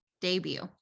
debut